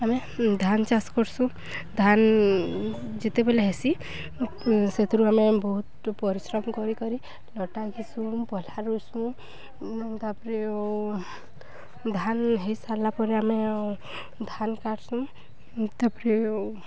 ଆମେ ଧାନ ଚାଷ୍ କର୍ସୁଁ ଧାନ ଯେତେବେଲେ ହେସି ସେଥିରୁ ଆମେ ବହୁତ ପରିଶ୍ରମ କରି କରି ଲଟା ଘିସୁଁ ପହ୍ଲା ରୁସୁଁ ତାପରେ ଧାନ ହୋଇସାରିଲା ପରେ ଆମେ ଧାନ କାଟସୁଁ ତାପରେ